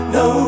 no